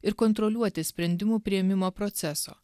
ir kontroliuoti sprendimų priėmimo proceso